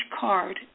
card